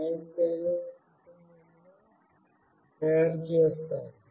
begin ను తయారు చేసాము